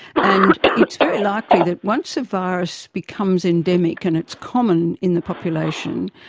and it's very likely that once a virus becomes endemic and it's common in the population,